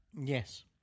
Yes